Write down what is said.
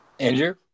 Andrew